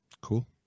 Cool